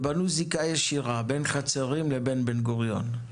בנו זיקה ישירה בין חצרים לבין בן-גוריון.